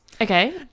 okay